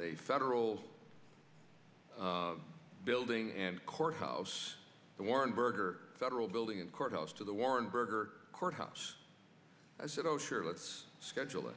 a federal building and courthouse the warren berger federal building and courthouse to the warren burger court house i said oh sure let's schedule it